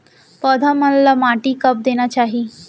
पौधा मन ला माटी कब देना चाही?